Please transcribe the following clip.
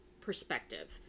perspective